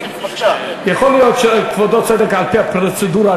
יכול להיות שכבודו צודק על-פי הפרוצדורה,